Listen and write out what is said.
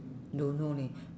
don't know leh